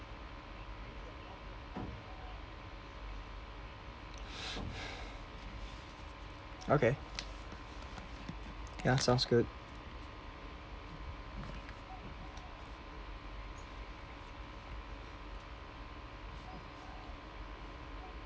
okay ya sounds good